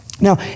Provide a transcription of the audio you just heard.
Now